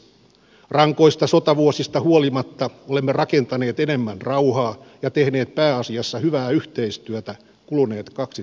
rankoista sotavuosista huolimatta olemme rakentaneet enemmän rauhaa ja tehneet pääasiassa hyvää yhteistyötä kuluneet kaksisataa vuotta